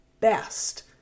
best